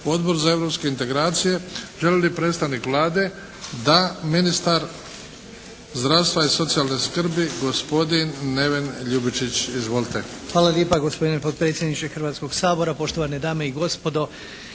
Odbor za europske integracije. Želi li predstavnik Vlade? Da. Ministar zdravstva i socijalne skrbi gospodin Neven Ljubičić. Izvolite.